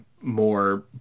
more